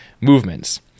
movements